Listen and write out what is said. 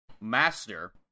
master